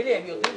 של